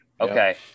Okay